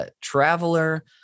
traveler